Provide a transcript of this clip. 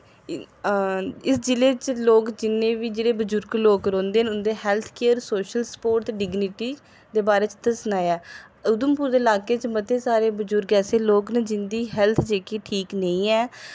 इस जिले च लोक जिन्ने बी बजुर्ग लोक रौह्ंदे न उंदे हैल्थ केयर सोशल स्पोर्ट ते डिगनिटी दे बारे च दस्सना ऐ उधमपुर दे लाके च मते सारे बजुर्ग ऐसे लोक न जिंदी हैल्थ जेह्की ठीक नेईं ऐ